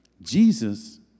Jesus